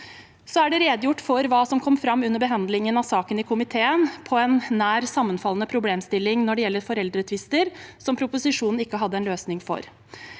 Det er redegjort for hva som kom fram under behandlingen av saken i komiteen på en nær sammenfallende problemstilling når det gjelder foreldretvister, som proposisjonen ikke hadde en løsning for.